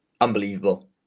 unbelievable